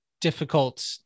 difficult